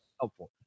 helpful